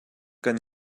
kan